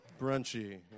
Brunchy